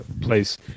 place